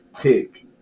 pick